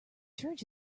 church